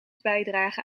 bijdragen